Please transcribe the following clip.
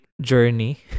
journey